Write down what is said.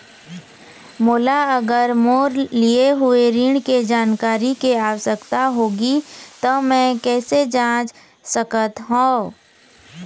मोला अगर मोर लिए हुए ऋण के जानकारी के आवश्यकता होगी त मैं कैसे जांच सकत हव?